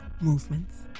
movements